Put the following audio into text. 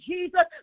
Jesus